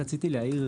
רק רציתי להעיר.